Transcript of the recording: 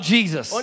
Jesus